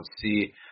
see